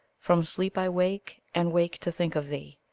from sleep i wake, and wake to think of thee.